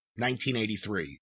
1983